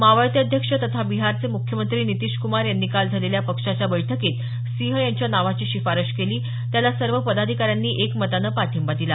मावळते अध्यक्ष तथा बिहारचे मुख्यमंत्री नीतीशकुमार यांनी काल झालेल्या पक्षाच्या बैठकीत सिंह यांच्या नावाची शिफारस केली त्याला सर्व पदाधिकाऱ्यांनी एकमतानं पाठिंबा दिला